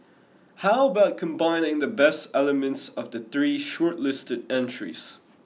how about combining the best elements of the three shortlisted entries